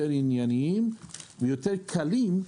יותר עניינים ויותר קלים,